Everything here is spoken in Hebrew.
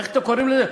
איך אתם קוראים לזה?